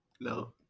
No